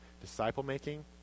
disciple-making